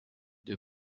deux